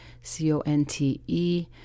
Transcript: C-O-N-T-E